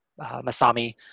Masami